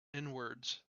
inwards